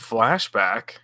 Flashback